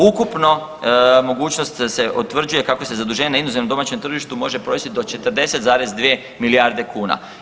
Ukupno mogućnost se utvrđuje kako se zaduženje na inozemnom i domaćem tržištu može provesti do 40,2 milijarde kuna.